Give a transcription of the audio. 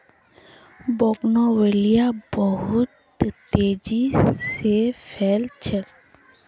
bougainvillea बहुत तेजी स फैल छेक